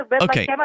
Okay